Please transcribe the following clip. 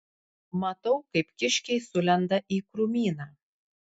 matau kaip kiškiai sulenda į krūmyną